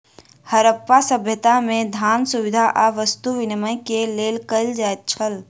हरप्पा सभ्यता में, धान, सुविधा आ वस्तु विनिमय के लेल कयल जाइत छल